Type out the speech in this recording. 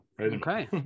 Okay